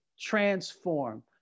transform